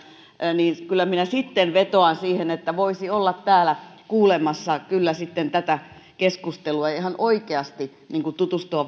niin kyllä minä sitten vetoan siihen että voisi olla täällä kuulemassa tätä keskustelua ja ihan oikeasti tutustua